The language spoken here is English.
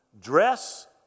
dress